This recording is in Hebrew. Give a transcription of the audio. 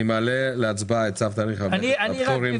אני מעלה להצבעה את צו תעריף המכס והפטורים ומס